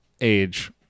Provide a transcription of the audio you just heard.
age